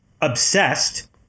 obsessed